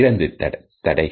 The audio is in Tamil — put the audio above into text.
இரண்டு தடைகள்